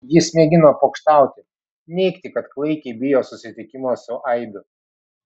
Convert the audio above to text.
jis mėgino pokštauti neigti kad klaikiai bijo susitikimo su aibių